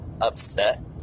upset